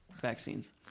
vaccines